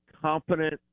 competent